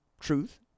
truth